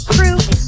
Crew